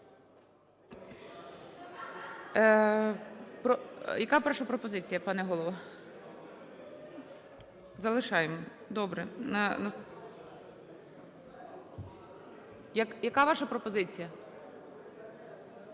Яка ваша пропозиція, пане голово? Залишаємо. Добре. Яка ваша пропозиція?